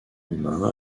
humain